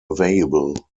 available